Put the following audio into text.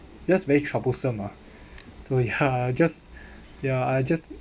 just very troublesome mah so ya I just ya I just